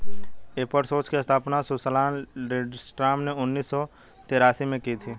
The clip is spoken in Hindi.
एपर सोर्स की स्थापना सुसान लिंडस्ट्रॉम ने उन्नीस सौ तेरासी में की थी